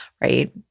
right